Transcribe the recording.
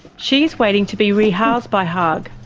she is waiting to be rehoused by haag.